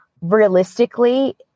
realistically